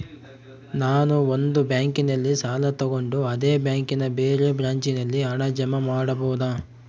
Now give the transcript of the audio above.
ನಾನು ಒಂದು ಬ್ಯಾಂಕಿನಲ್ಲಿ ಸಾಲ ತಗೊಂಡು ಅದೇ ಬ್ಯಾಂಕಿನ ಬೇರೆ ಬ್ರಾಂಚಿನಲ್ಲಿ ಹಣ ಜಮಾ ಮಾಡಬೋದ?